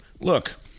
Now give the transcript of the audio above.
look